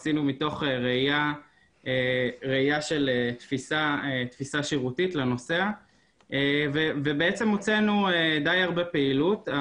עשינו מתוך ראיה של תפיסה שירותית לנוסע ובעצם הוצאנו די הרבה פעילות.